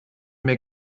mir